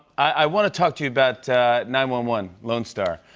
i want to talk to you about nine one one lone star.